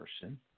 person